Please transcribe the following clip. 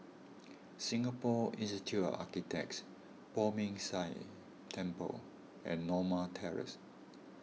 Singapore Institute of Architects Poh Ming Tse Temple and Norma Terrace